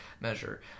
measure